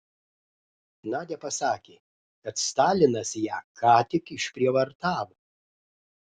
nadia pasakė kad stalinas ją ką tik išprievartavo